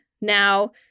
Now